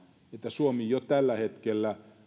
että suomi jo tällä hetkellä